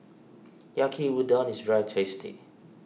Yaki Udon is very tasty